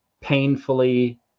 painfully